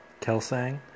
Kelsang